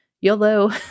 YOLO